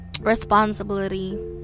responsibility